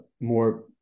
more